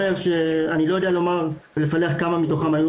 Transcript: אני לא יודע לומר ולפלח כמה מתוכם היו